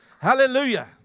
Hallelujah